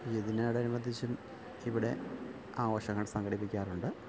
ഈദിനോട് അനുബന്ധിച്ചും ഇവിടെ ആഘോഷങ്ങൾ സംഘടിപ്പിക്കാറുണ്ട്